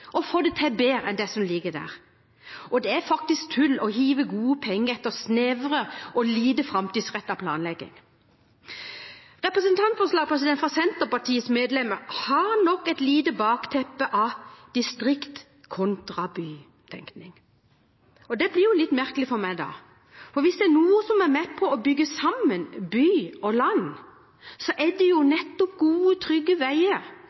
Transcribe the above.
få det til bedre enn det som ligger der. Og det er faktisk tull å hive gode penger etter snever og lite framtidsrettet planlegging. Representantforslaget fra Senterpartiets medlemmer har nok et lite bakteppe av distrikt-kontra-by-tenkning. Det blir litt merkelig for meg, for hvis det er noe som er med på å bygge sammen by og land, er det nettopp gode, trygge veier